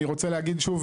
ואני רוצה להגיד שוב,